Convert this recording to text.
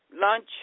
lunch